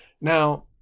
Now